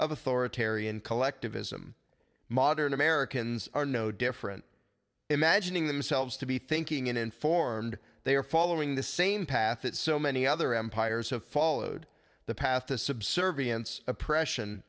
of authoritarian collectivism modern americans are no different imagining themselves to be thinking and informed they are following the same path that so many other empires have followed the path to subservience oppression